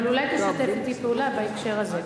אבל אולי תשתף אתי פעולה בהקשר הזה.